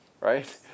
right